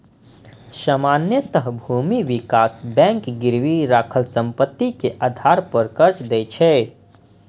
सामान्यतः भूमि विकास बैंक गिरवी राखल संपत्ति के आधार पर कर्ज दै छै